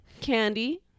candy